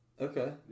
Okay